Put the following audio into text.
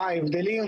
מה ההבדלים,